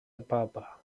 ababa